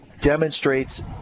demonstrates